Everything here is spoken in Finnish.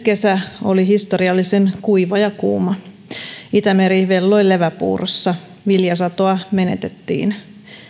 kesä oli historiallisen kuiva ja kuuma itämeri velloi leväpuurossa viljasatoa menetettiin